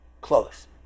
close